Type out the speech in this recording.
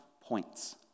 points